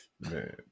man